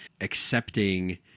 accepting